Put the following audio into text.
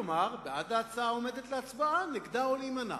כלומר, בעד ההצעה העומדת להצבעה, נגדה או להימנע.